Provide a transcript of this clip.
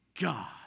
God